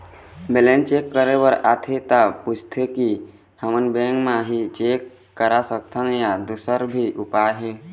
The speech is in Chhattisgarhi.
बैलेंस चेक करे बर आथे ता पूछथें की हमन बैंक मा ही चेक करा सकथन या दुसर भी उपाय हे?